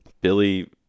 Billy